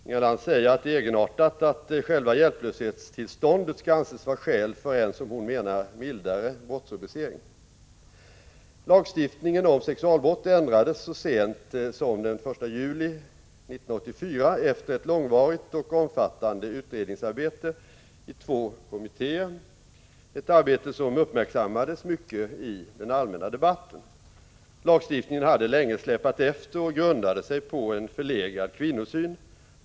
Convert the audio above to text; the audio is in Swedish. Inga Lantz säger att det är egenartat att själva hjälplöshetstillståndet skall anses vara skäl för en — som hon menar — mildare brottsrubricering. Lagstiftningen om sexualbrott ändrades så sent som den 1 juli 1984 efter ett långvarigt och omfattande utredningsarbete i två kommittéer, ett arbete som uppmärksammades mycket i den allmänna debatten. Lagstiftningen hade länge släpat efter och grundade sig på en förlegad kvinnosyn.